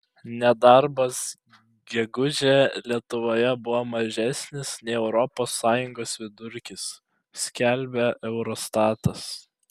nedarbas gegužę lietuvoje buvo mažesnis nei europos sąjungos vidurkis skelbia eurostatas